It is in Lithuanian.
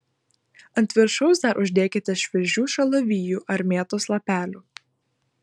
ant viršaus dar uždėkite šviežių šalavijų ar mėtos lapelių